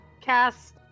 cast